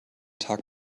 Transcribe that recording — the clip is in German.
tag